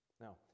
Now